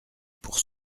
pour